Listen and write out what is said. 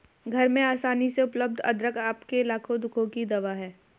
घर में आसानी से उपलब्ध अदरक आपके लाखों दुखों की दवा है